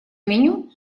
меню